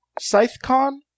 Scythecon